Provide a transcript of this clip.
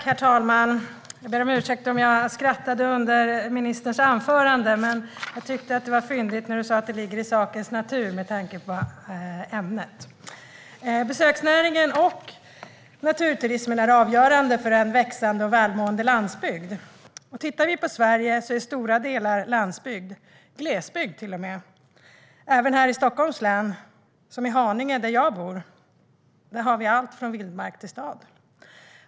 Herr talman! Jag ber om ursäkt om jag skrattade under ministerns anförande. Med tanke på ämnet tyckte jag att det var fyndigt när hon sa att det ligger i sakens natur. Besöksnäringen och naturturismen är avgörande för en växande och välmående landsbygd. Stora delar av Sverige är landsbygd, till och med glesbygd. Det gäller även här i Stockholms län. I Haninge, där jag bor, har vi allt från vildmark till stad.